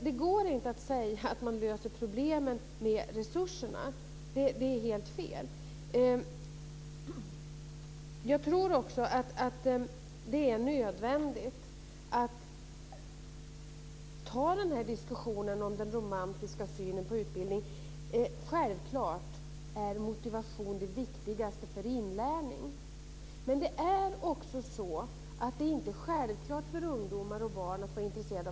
Det går inte att säga att resurserna löser problemen. Det är helt fel. Jag tror också att det är nödvändigt att ta upp diskussionen om den romantiska synen på utbildningen. Självklart är motivation det viktigaste för inlärning, men det är inte självklart för barn och ungdomar att vara intresserade.